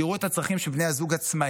שיראו את הצרכים של בני הזוג העצמאים,